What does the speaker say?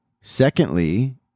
Secondly